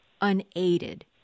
unaided